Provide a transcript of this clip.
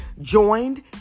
joined